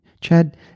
Chad